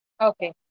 Okay